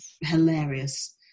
hilarious